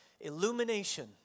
illumination